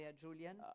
Julian